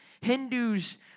Hindus